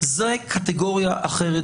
בעיניי זאת קטגוריה אחרת.